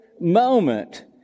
moment